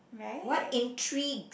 what intrigues